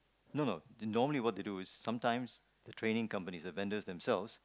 no no normally what they do is sometimes the training companies the vendors themselves